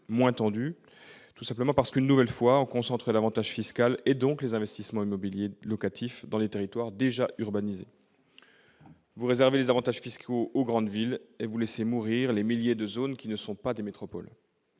moins tendues ? Tout simplement parce que, une nouvelle fois, on concentre l'avantage fiscal, et donc les investissements immobiliers locatifs, dans les territoires déjà urbanisés. Vous réservez les avantages fiscaux aux grandes villes et vous laissez mourir les milliers de zones qui ne sont pas des métropoles